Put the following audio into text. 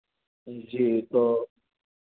जी तो